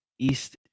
East